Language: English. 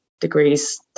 degrees